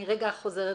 אני חוזרת